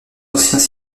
anciens